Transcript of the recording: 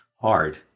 hard